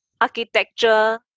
architecture